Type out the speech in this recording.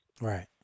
Right